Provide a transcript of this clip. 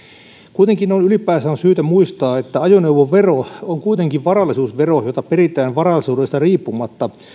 kuitenkin noin ylipäänsä on syytä muistaa että ajoneuvovero on kuitenkin varallisuusvero jota peritään varallisuudesta riippumatta